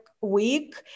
week